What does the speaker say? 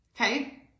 Okay